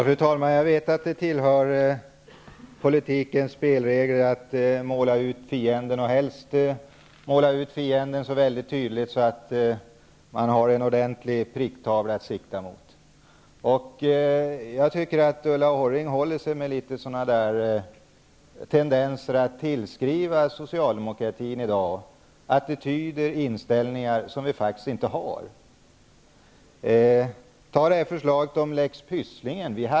Fru talman! Jag vet att det tillhör politikens spelregler att måla ut fienden så tydligt att man har en ordentlig pricktavla att sikta mot. Jag tycker att Ulla Orring håller sig med tendenser att tillskriva socialdemokratin attityder och inställningar som vi faktiskt inte har. Låt mig ta upp förslaget om lex Pysslingen.